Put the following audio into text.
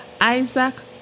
Isaac